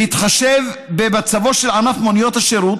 בהתחשב במצבו של ענף מוניות השירות,